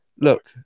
Look